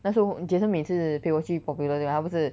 那时 jason 每次陪我去 Popular 对吗不是